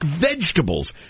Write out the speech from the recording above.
vegetables